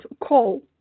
call